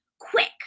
Quick